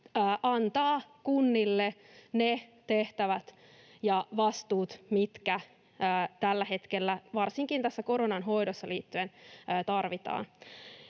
antaa kunnille ne tehtävät ja vastuut, mitkä tällä hetkellä varsinkin tässä koronan hoidossa tarvitaan.